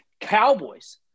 Cowboys –